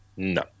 No